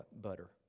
butter